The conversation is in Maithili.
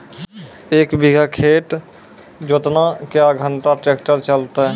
एक बीघा खेत जोतना क्या घंटा ट्रैक्टर चलते?